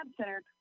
center